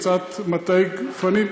קצת מטעי גפנים,